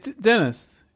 Dennis